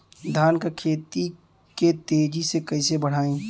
धान क खेती के तेजी से कइसे बढ़ाई?